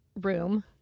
room